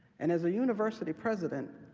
and as a university president,